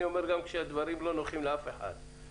אני אומר גם כשהדברים לא נוחים לאף אחד.